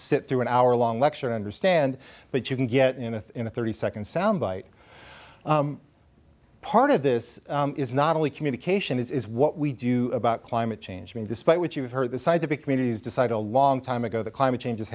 sit through an hour long lecture i understand but you can get into a thirty second sound bite part of this is not only communication is what we do about climate change i mean despite what you've heard the scientific community has decided a long time ago the climate change